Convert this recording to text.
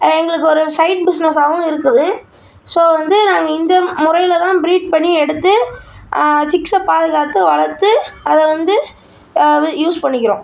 எங்களுக்கு ஒரு சைடு பிஸ்னஸாகவும் இருக்குது ஸோ வந்து நாங்கள் இந்த முறையிலதான் ப்ரீட் பண்ணி எடுத்து சிக்ஸை பாதுகாத்து வளர்த்து அதை வந்து யூஸ் பண்ணிக்கிறோம்